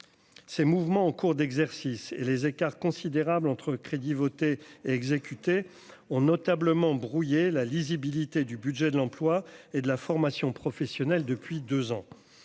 ces mouvements en cours d'exercice et les écarts considérables entre crédits votés et exécuté ont notablement brouiller la lisibilité du budget de l'emploi et de la formation professionnelle depuis 2 ans,